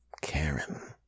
Karen